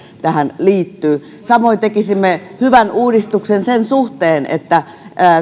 tähän liittyy samoin tekisimme hyvän uudistuksen sen suhteen että